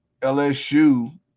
LSU –